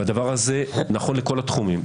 הדבר הזה נכון לכל התחומים,